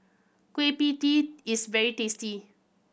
Kueh Pie Tee is very tasty